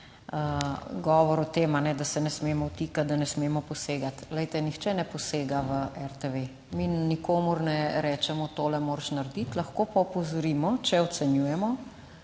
govor o tem, da se ne smemo vtikati, da ne smemo posegati. Glejte nihče ne posega v RTV, mi nikomur ne rečemo, tole moraš narediti. Lahko pa opozorimo, če ocenjujemo,